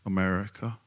America